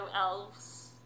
Elves